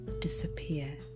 disappear